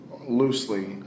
loosely